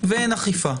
ואין אכיפה,